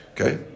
Okay